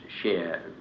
share